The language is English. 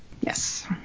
Yes